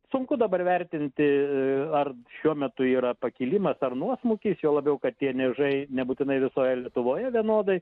sunku dabar vertinti ar šiuo metu yra pakilimas ar nuosmukis juo labiau kad tie niežai nebūtinai visoje lietuvoje vienodai